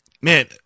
man